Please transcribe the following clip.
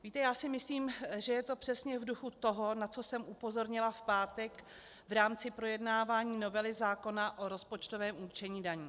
Víte, já si myslím, že je to přesně v duchu toho, na co jsem upozornila v pátek v rámci projednávání novely zákona o rozpočtovém určení daní.